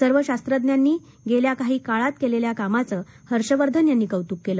सर्व शास्त्रज्ञांनी गेल्या काही काळात केलेल्या कामाचं हर्ष वर्धन यांनी कौतुक केलं